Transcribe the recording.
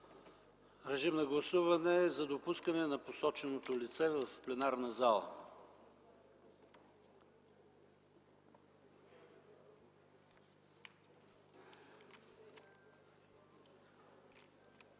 ШОПОВ: Гласуваме за допускане на посоченото лице в пленарната зала.